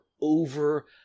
over